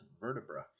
vertebra